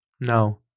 No